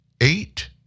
Eight